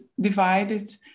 divided